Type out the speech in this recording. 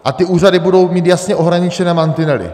A ty úřady budou mít jasně ohraničené mantinely.